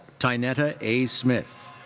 tynetta a. smith.